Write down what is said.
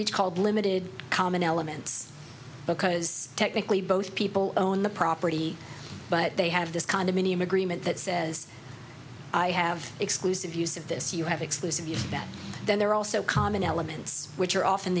it's called limited common elements because technically both people own the property but they have this condominium agreement that says i have exclusive use of this you have exclusive use that then there are also common elements which are often